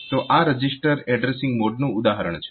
તો આ register addressing મોડનું ઉદાહરણ છે